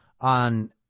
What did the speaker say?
on